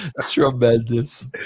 Tremendous